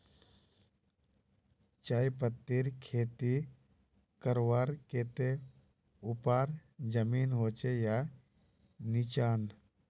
चाय पत्तीर खेती करवार केते ऊपर जमीन होचे या निचान?